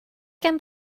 gan